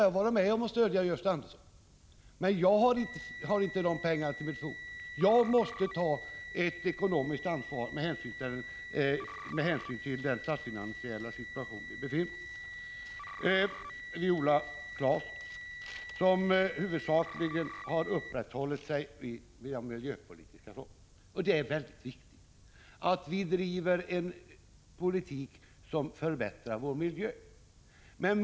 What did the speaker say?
Jag har inte de pengarna till mitt förfogande, och jag måste ta ett ekonomiskt ansvar med hänsyn till den statsfinansiella situation som vi befinner oss i. Viola Claesson har huvudsakligen uppehållit sig vid de miljöpolitiska frågorna, och det är mycket viktigt att vi driver en politik som gör att miljön förbättras.